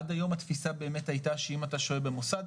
עד היום התפיסה היתה שאם אתה שוהה במוסד,